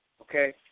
Okay